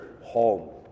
home